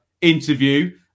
interview